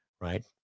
Right